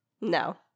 No